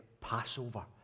Passover